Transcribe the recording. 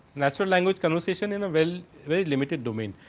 lateral language conversation in a well limited domain,